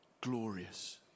glorious